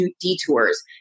detours